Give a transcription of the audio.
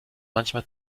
manchmal